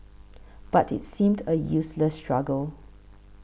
but it seemed a useless struggle